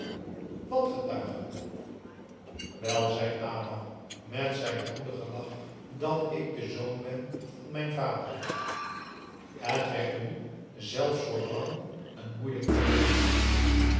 maurits wel zei adam met zijn goedigen lach dat ik de zoon ben van mijn vader het werd nu zelfs voor bram een moeilijk terrein